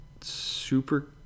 super